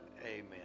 amen